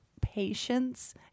patience